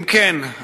אם כן,